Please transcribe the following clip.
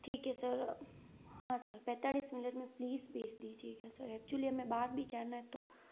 ठीक है सर हाँ सर पेंतालिस मिनट में प्लीज़ भेज दीजिए एक्चुअली हमें बाहर भी जाना है तो